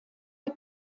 der